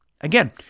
Again